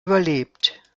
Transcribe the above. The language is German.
überlebt